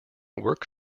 work